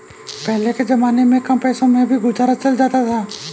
पहले के जमाने में कम पैसों में भी गुजारा चल जाता था